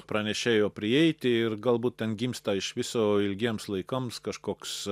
pranešėjo prieiti ir galbūt atgimsta iš viso ilgiems laikams kažkoks